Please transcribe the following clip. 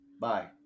Bye